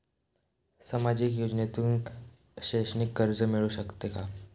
सामाजिक योजनेतून शैक्षणिक कर्ज मिळू शकते का?